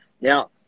Now